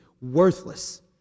worthless